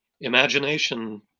imagination